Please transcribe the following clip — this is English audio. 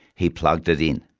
he plugged it in.